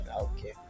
Okay